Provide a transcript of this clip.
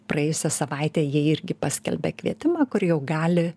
praėjusią savaitę jie irgi paskelbė kvietimą kur jau gali